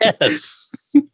Yes